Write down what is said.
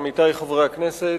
עמיתי חברי הכנסת,